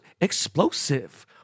Explosive